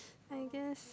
I guess